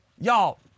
y'all